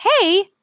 Hey